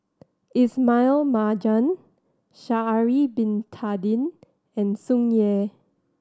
Ismail Marjan Sha'ari Bin Tadin and Tsung Yeh